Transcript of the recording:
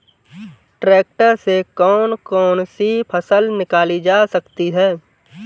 Tractor से कौन कौनसी फसल निकाली जा सकती हैं?